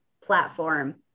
platform